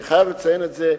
אני חייב לציין את זה.